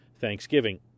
Thanksgiving